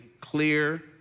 clear